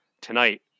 tonight